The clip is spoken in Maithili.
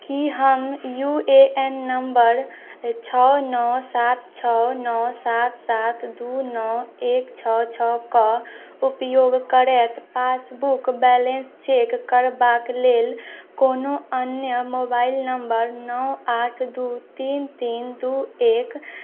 की हम यू ए एन नम्बर छओ नओ सात छओ नओ सात सात दू नओ एक छओ छओके उपयोग करैत पासबुक बैलेन्स चेक करबाके लेल कोनो अन्य मोबाइल नम्बर नओ आठ दू तीन तीन दू एक